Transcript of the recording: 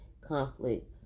conflict